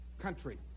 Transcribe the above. country